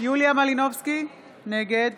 יוליה מלינובסקי, נגד